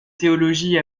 théologie